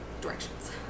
Directions